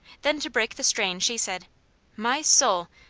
then to break the strain she said my soul!